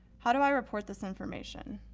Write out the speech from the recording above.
how do i report this information?